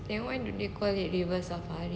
then why do they call it river safari